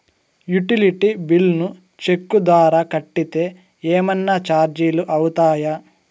Utility bills ను cheque ద్వారా కట్టితే ఏమన్నా చార్జీలు అవుతాయా?